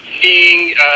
seeing